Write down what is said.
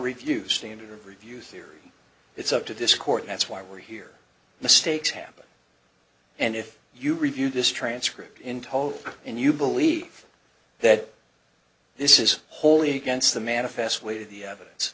review standard of review theory it's up to this court that's why we're here mistakes happen and if you review this transcript in toto and you believe that this is wholly against the manifest weight of the evidence